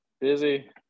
busy